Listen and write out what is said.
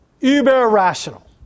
uber-rational